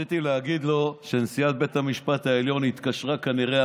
רציתי להגיד לו שנשיאת בית המשפט העליון התקשרה כנראה,